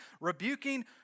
rebuking